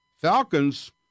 Falcons